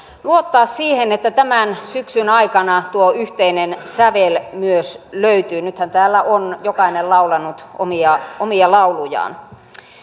luottaa siihen että tämän syksyn aikana tuo yhteinen sävel myös löytyy nythän täällä on jokainen laulanut omia omia laulujaan